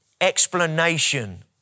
explanation